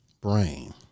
brain